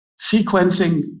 sequencing